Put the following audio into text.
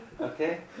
okay